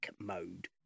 mode